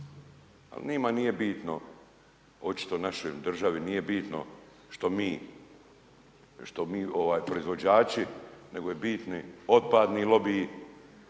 Ali njima nije bitno, očito našoj državi nije bitno što mi proizvođači, nego je bitni otpadni lobiji,